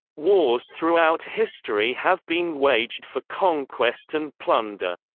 wars throughout history have been waged for conquest and plunder.